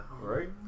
right